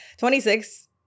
26